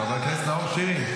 חבר הכנסת נאור שירי.